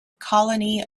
colony